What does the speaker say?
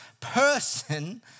person